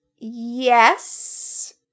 yes